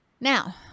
Now